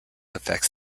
affects